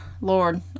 Lord